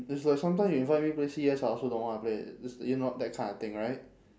it's like sometime you invite me play C_S I also don't wanna play it's you know that kind of thing right